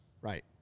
Right